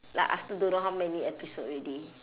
like after don't know how many episodes already